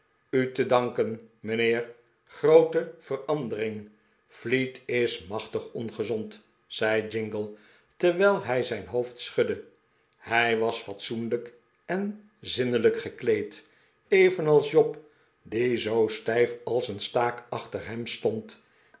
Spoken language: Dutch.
u te danken mijnheer groote verandering fleet is machtig ongezond zei jingle terwijl hij zijn hoofd schudde hij was fatsoenlijk en zindelijk gekleed evenals job die zoo stijf als een staak achter hem stond